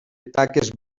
taques